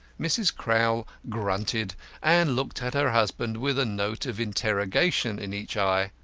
mrs. crowl grunted and looked at her husband with a note of interrogation in each eye.